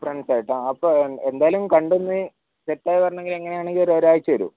ഫ്രണ്ട്സായിട്ട് ആ അപ്പോൾ എന്തായാലും കണ്ടൊന്ന് സെറ്റായി വരണമെങ്കിൽ എങ്ങനാണെങ്കിലും ഒരു ഒരാഴ്ച വരും